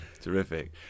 Terrific